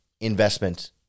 investment